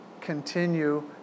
continue